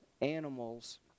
animals